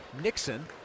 Nixon